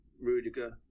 Rudiger